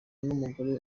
n’umugore